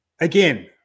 Again